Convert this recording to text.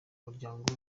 muryango